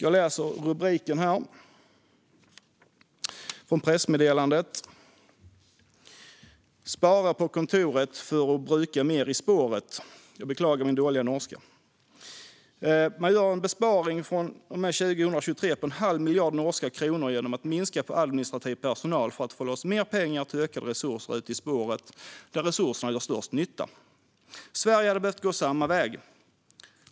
Jag läser rubriken från pressmeddelandet: Sparer på kontoret for å bruke mer i sporet. Jag beklagar min dåliga norska. Man gör en besparing från 2023 på en halv miljard norska kronor genom att minska på administrativ personal för att få loss mer pengar till ökade resurser ute i spåret där resurserna gör störst nytta. Sverige hade behövt gå samma väg.